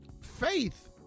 faith